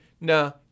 no